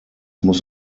muss